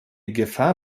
gefahr